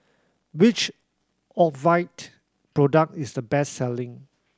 which Ocuvite product is the best selling